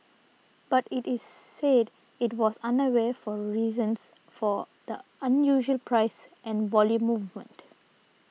but it is said it was unaware of reasons for the unusual price and volume movement